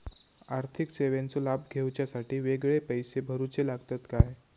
आर्थिक सेवेंचो लाभ घेवच्यासाठी वेगळे पैसे भरुचे लागतत काय?